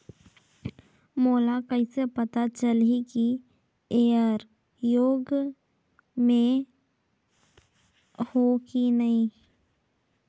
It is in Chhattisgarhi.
मोला कइसे पता चलही की येकर योग्य मैं हों की नहीं?